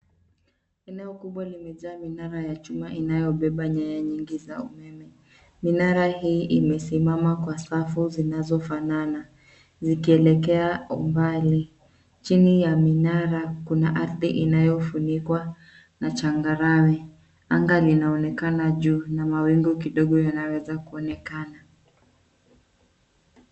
Eneo kubwa limejaa minara ya chuma inayobeba nyaya nyingi za umeme. Minara hii imesimama kwa safu zinazofanana ikielekea mbali. Chini ya minara kuna ardhi inayofunikwa na changarawe. Anga linaonekana juu na mawingu kidogo yanayoweza kuonekana.